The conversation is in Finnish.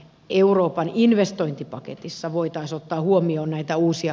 euroopan investointipaketissa voitas ottaa huomioon että uusia